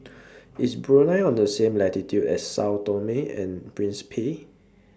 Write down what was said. IS Brunei on The same latitude as Sao Tome and Principe